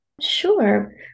Sure